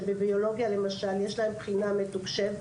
שבביולוגיה יש להם בחינה מתוקשבת.